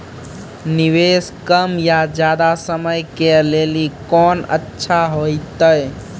निवेश कम या ज्यादा समय के लेली कोंन अच्छा होइतै?